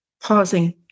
Pausing